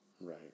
right